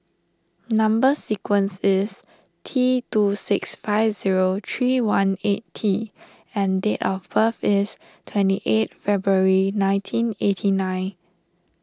Number Sequence is T two six five zero three one eight T and date of birth is twenty eight February nineteen eighty nine